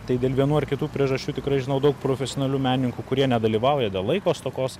tai dėl vienų ar kitų priežasčių tikrai žinau daug profesionalių menininkų kurie nedalyvauja dėl laiko stokos